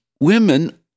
Women